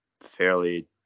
fairly